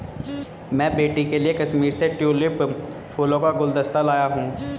मैं बेटी के लिए कश्मीर से ट्यूलिप फूलों का गुलदस्ता लाया हुं